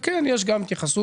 זה נכון שיש גם התייחסות